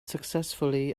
successfully